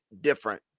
different